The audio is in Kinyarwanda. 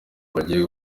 bagiye